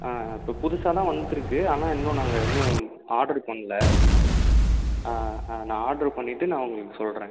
ஆ இப்போது புதுசாக தான் வந்திருக்கு ஆனால் இன்னும் நாங்கள் இன்னும் ஆர்டர் பண்ணல நான் ஆர்டர் பண்ணிவிட்டு நான் உங்களுக்கு சொல்கிறேன்